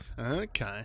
Okay